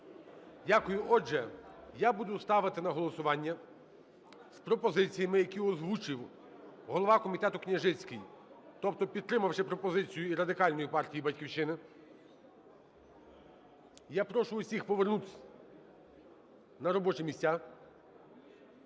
Дякую. Отже, я буду ставити на голосування з пропозиціями, які озвучив голова комітету Княжицький, тобто підтримавши пропозицію Радикальної партії і "Батьківщина". Я прошу всіх повернутись на робочі місця.